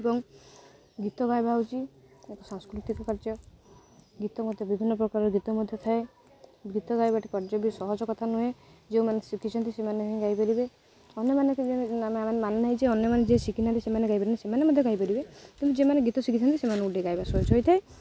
ଏବଂ ଗୀତ ଗାଇବା ହେଉଛି ଏକ ସାଂସ୍କୃତିକ କାର୍ଯ୍ୟ ଗୀତ ମଧ୍ୟ ବିଭିନ୍ନ ପ୍ରକାର ଗୀତ ମଧ୍ୟ ଥାଏ ଗୀତ ଗାଇବାଟି କାର୍ଯ୍ୟ ବି ସହଜ କଥା ନୁହେ ଯେଉଁମାନେ ଶିଖିଛନ୍ତି ସେମାନେ ହିଁ ଗାଇପାରିବେ ଅନ୍ୟମାନେ ମାନେ ନାହିଁ ଯେ ଅନ୍ୟମାନେ ଯିଏ ଶିଖିନାହାନ୍ତି ସେମାନେ ଗାଇବେନି ନା ସେମାନେ ମଧ୍ୟ ଗାଇପାରିବେ କିନ୍ତୁ ଯେଉଁମାନେ ଗୀତ ଶିଖିଛନ୍ତି ସେମାନଙ୍କୁ ଗୋଟେ ଗାଇବା ସହଜ ହୋଇଥାଏ